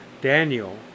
Daniel